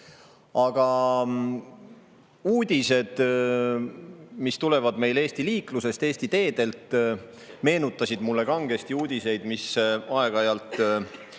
Aga uudised, mis tulevad meile Eesti liiklusest, Eesti teedelt, meenutasid mulle kangesti uudiseid, mis aeg-ajalt